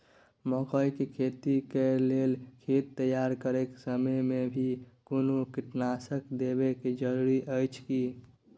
मकई के खेती कैर लेल खेत तैयार करैक समय मे भी कोनो कीटनासक देबै के जरूरी अछि की?